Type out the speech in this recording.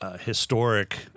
historic